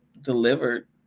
delivered